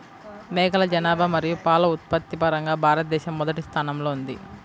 మేకల జనాభా మరియు పాల ఉత్పత్తి పరంగా భారతదేశం మొదటి స్థానంలో ఉంది